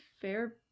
fair